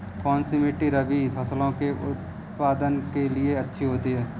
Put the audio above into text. कौनसी मिट्टी रबी फसलों के उत्पादन के लिए अच्छी होती है?